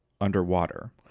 underwater